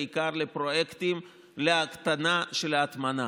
בעיקר לפרויקטים להקטנה של ההטמנה.